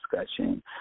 discussion